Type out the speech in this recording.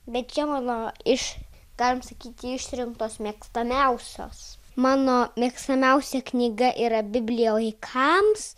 bet čia mano iš galim sakyti išrinktos mėgstamiausios mano mėgstamiausia knyga yra biblija vaikams